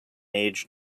age